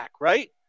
right